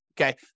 okay